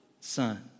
son